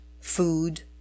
food